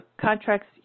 contracts